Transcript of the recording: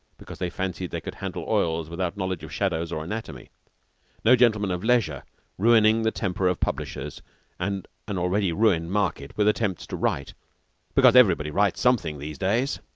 because they fancied they could handle oils without knowledge of shadows or anatomy no gentleman of leisure ruining the temper of publishers and an already ruined market with attempts to write because everybody writes something these days.